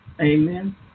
amen